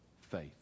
faith